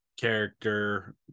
character